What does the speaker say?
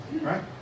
Right